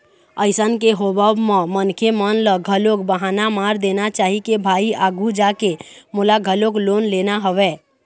अइसन के होवब म मनखे मन ल घलोक बहाना मार देना चाही के भाई आघू जाके मोला घलोक लोन लेना हवय